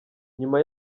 nyuma